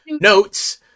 Notes